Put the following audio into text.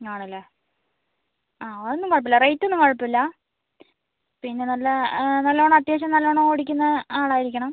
ആണല്ലേ ആ അതൊന്നും കുഴപ്പം ഇല്ല റേറ്റ് ഒന്നും കുഴപ്പമില്ല പിന്നെ നല്ല നല്ലോണം അത്യാവശ്യം നല്ലോണം ഓടിക്കുന്ന ആളായിരിക്കണം